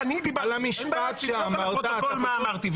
על המשפט שאמרת --- תבדוק בפרוטוקול מה אמרתי.